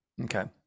Okay